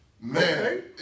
man